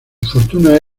fortuna